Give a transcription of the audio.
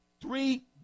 three